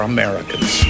Americans